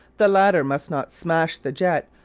the latter must not smash the jet,